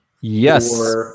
Yes